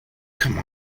come